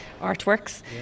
artworks